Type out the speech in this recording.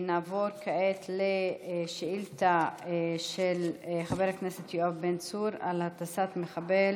נעבור כעת לשאילתה של חבר הכנסת יואב בן צור: הטסת מחבל